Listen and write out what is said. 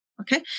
Okay